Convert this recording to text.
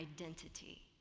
identity